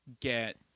get